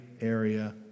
area